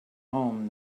home